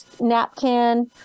napkin